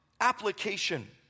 application